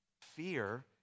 fear